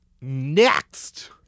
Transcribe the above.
Next